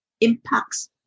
impacts